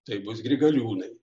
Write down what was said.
tai bus grigaliūnai